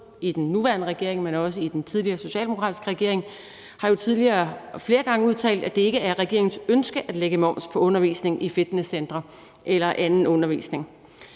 den nuværende regering, men også i den tidligere socialdemokratiske regering, jo flere gange har udtalt, at det ikke er regeringens ønske at lægge moms på undervisning i fitnesscentre eller anden undervisning.